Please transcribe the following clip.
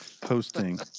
posting